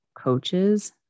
coaches